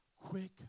Quick